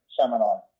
seminar